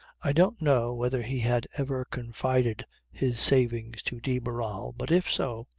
i don't know whether he had ever confided his savings to de barral but if so,